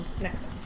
next